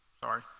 sorry